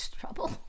trouble